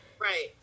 Right